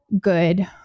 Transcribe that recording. good